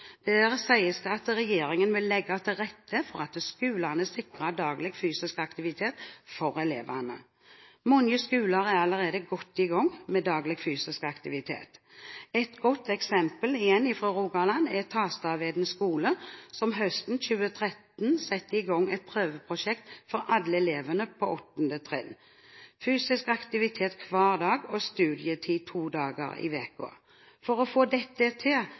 Der sies det at regjeringen vil «legge til rette for at skolene sikrer daglig fysisk aktivitet for elevene». Mange skoler er allerede godt i gang med daglig fysisk aktivitet. Et godt eksempel – igjen fra Rogaland – er Tastaveden skole, som høsten 2013 satte i gang et prøveprosjekt for alle elevene på 8. trinn: fysisk aktivitet hver dag og studietid to dager i uken. For å få dette til